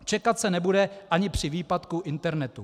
Čekat se nebude ani při výpadku internetu.